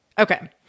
Okay